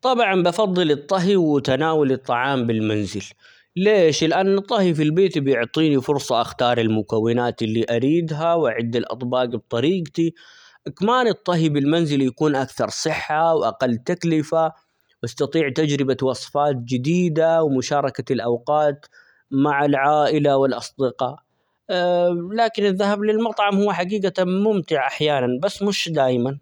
طبعًا بفضل الطهي وتناول الطعام بالمنزل ليش؟ لأن الطهي في البيت بيعطيني فرصة أختار المكونات اللي أريدها ،وأعد الاطباق بطريقتي، كمان الطهي بالمنزل يكون أكثر صحة ،وأقل تكلفة ،وأستطيع تجربة وصفات جديدة ومشاركة الاوقات مع العائلة والاصدقاء لكن الذهاب للمطعم هو حقيقةً ممتع أحيانًا بس مش دايما.